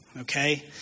okay